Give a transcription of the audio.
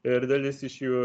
ir dalis iš jų